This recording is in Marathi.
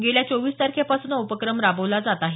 गेल्या चोवीस तारखेपासून हा उपक्रम राबवला जात आहे